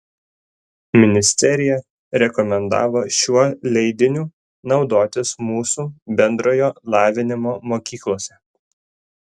ministerija rekomendavo šiuo leidiniu naudotis mūsų bendrojo lavinimo mokyklose